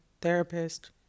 therapist